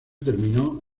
terminó